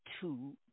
two